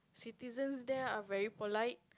citizens there are very polite